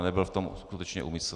Nebyl v tom skutečně úmysl.